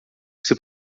você